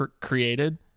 created